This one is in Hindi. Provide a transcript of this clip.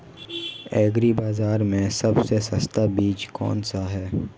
एग्री बाज़ार में सबसे सस्ता बीज कौनसा है?